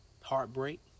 Heartbreak